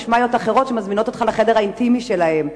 יש מאיות אחרות שמזמינות אותך לחדר האינטימי שלהן.